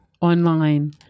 online